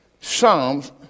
Psalms